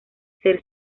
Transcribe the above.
ser